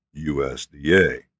USDA